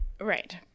right